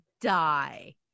die